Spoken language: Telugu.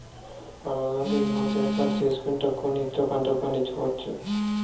పొలాల్లో గ్రీన్ హౌస్ ఏర్పాటు సేసుకొని తక్కువ నీటితో పంటలు పండించొచ్చు